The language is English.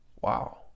Wow